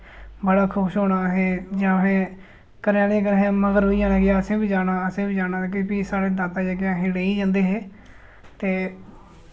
बड़ा खुश होना असें जां असें घरे आह्लें दे असें मगर होई जाना कि असें बी जाना असें बी जाना ते फ्ही साढ़े दादा जेह्के असें लेइयै जंदे हे ते